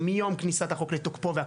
יש בוועדה עצמה גם את אחד הסמנכ"לים